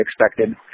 expected